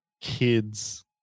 kids